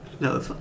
No